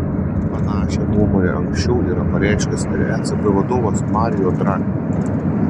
panašią nuomonę anksčiau yra pareiškęs ir ecb vadovas mario draghi